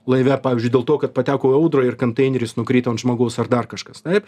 laive pavyzdžiui dėl to kad pateko į audrą ir kanteineris nukrito ant žmogaus ar dar kažkas taip